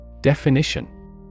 Definition